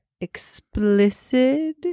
explicit